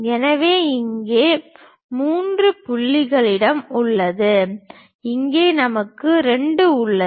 எனவே இங்கே 3 எங்களிடம் உள்ளது இங்கே நமக்கு 2 உள்ளது